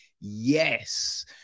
yes